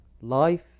life